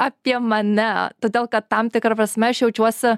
apie mane todėl kad tam tikra prasme aš jaučiuosi